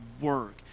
work